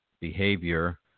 behavior